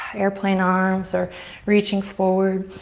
airplane arms or reaching forward.